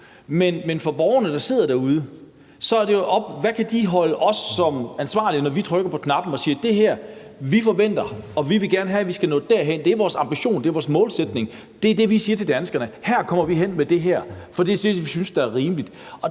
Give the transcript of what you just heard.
Men for borgerne, der sidder derude, handler det jo om, hvad de kan holde os op på som ansvarlige, når vi trykker på knappen og siger: Det her forventer vi; vi vil gerne have, at vi skal nå derhen; det er vores ambition; det er vores målsætning. Det er det, vi siger til danskerne, nemlig at her kommer vi hen med det her, for det er det, vi synes er rimeligt.